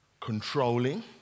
controlling